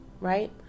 right